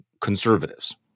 conservatives